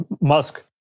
Musk